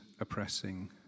oppressing